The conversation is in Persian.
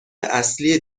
اصلی